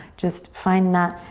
just find that